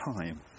time